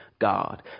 God